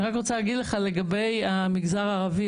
אני רוצה להגיד לך לגבי המגזר הערבי.